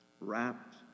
wrapped